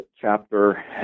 chapter